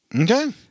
Okay